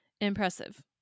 impressive